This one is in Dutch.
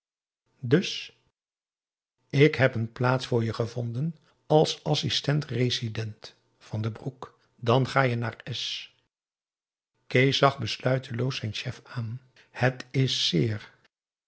dus ik heb een plaats voor je gevonden als assistent-resident van den broek dan ga je naar s kees zag besluiteloos zijn chef aan het is zeer